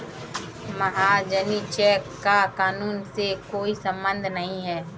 महाजनी चेक का कानून से कोई संबंध नहीं है